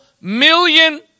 million